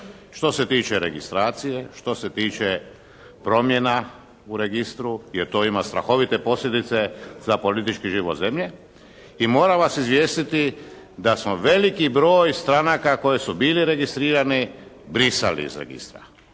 što se tiče registracije, što se tiče promjena u Registru, jer to ima strahovite posljedice za politički život zemlje. I moram vas izvijestiti da smo veliki broj stranaka koje su bile registrirane brisali iz Registra